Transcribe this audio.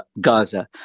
Gaza